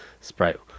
sprite